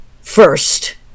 first